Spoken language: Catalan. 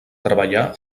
treballar